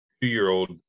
two-year-old